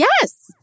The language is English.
Yes